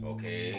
Okay